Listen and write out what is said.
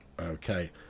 okay